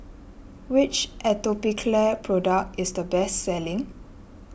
which Atopiclair product is the best selling